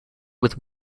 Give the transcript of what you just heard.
with